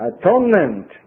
atonement